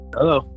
Hello